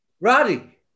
Roddy